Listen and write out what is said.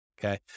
Okay